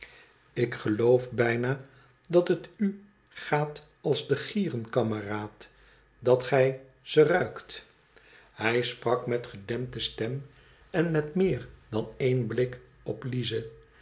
ik geloof bijna dat het u gaat als de gieren kameraad dat gij ze ruikt hij sprak met gedempte stem en met meer dan één blik op lize